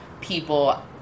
people